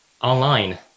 online